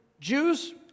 Jews